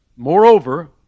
Moreover